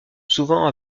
souvent